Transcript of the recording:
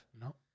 No